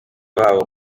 babo